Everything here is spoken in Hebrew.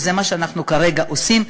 וזה מה שאנחנו כרגע עושים.